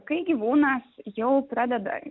kai gyvūnas jau pradeda